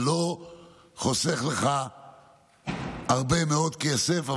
זה לא חוסך לך הרבה מאוד כסף,